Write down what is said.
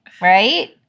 right